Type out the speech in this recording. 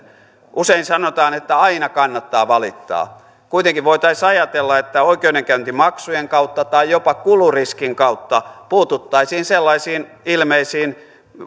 usein sanotaan että aina kannattaa valittaa kuitenkin voitaisiin ajatella että oikeudenkäyntimaksujen kautta tai jopa kuluriskin kautta puututtaisiin sellaisiin ilmeisesti vain